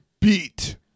beat